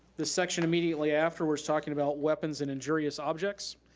the section immediately afterwards, talking about weapons and injurious objects.